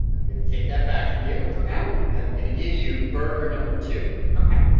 i'm going to take that back from you ok and i'm going to give you burger number two ok.